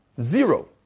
Zero